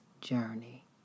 journey